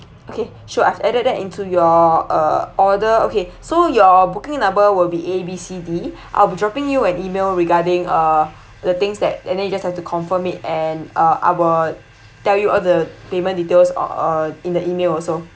okay sure I've added that into your uh order okay so your booking number will be A B C D I'll dropping you an email regarding uh the things that and then you just have to confirm it and uh I will tell you all the payment details uh in the email also